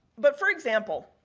but, for example,